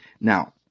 Now